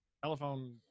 Telephone